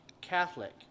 Catholic